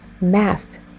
masked